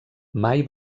mai